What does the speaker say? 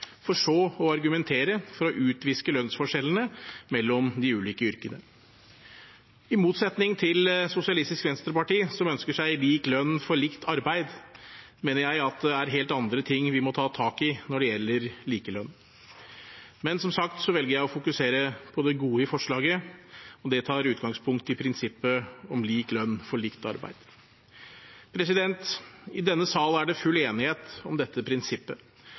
for så å argumentere for å utviske lønnsforskjellene mellom de ulike yrkene. I motsetning til Sosialistisk Venstreparti, som ønsker seg lik lønn for ulikt arbeid, mener jeg at det er helt andre ting vi må ta tak i når det gjelder likelønn. Men jeg velger, som sagt, å fokusere på det gode i forslaget, og det tar utgangspunkt i prinsippet om lik lønn for likt arbeid. I denne sal er det full enighet om dette prinsippet.